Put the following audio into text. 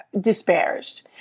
disparaged